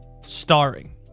starring